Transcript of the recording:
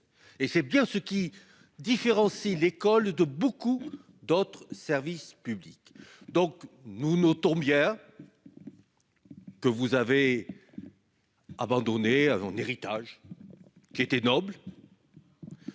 C'est bien ce qui différencie l'école de beaucoup d'autres services publics. Nous notons bien que vous avez abandonné, à gauche, un héritage qui était noble.